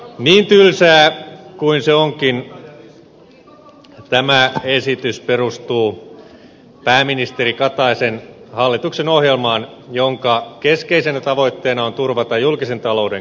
niin tylsää kuin se onkin tämä esitys perustuu pääministeri kataisen hallituksen ohjelmaan jonka keskeisenä tavoitteena on turvata julkisen talouden kestävyys